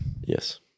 Yes